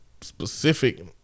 specific